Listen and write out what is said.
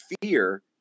fear